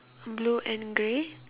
blue and grey